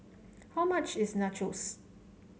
how much is Nachos